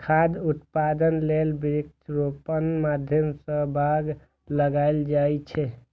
खाद्य उत्पादन लेल वृक्षारोपणक माध्यम सं बाग लगाएल जाए छै